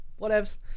Whatevs